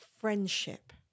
friendship